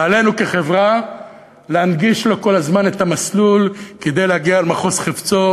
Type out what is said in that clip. ועלינו כחברה להנגיש לו כל הזמן את המסלול כדי שיגיע אל מחוז חפצו,